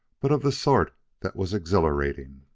but of the sort that was exhilarating.